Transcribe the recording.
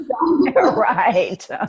right